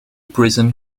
prison